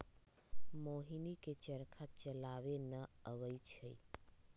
मोहिनी के चरखा चलावे न अबई छई